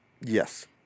yes